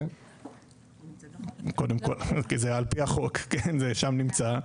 כי זה על פי החוק, שם זה נמצא.